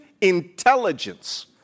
intelligence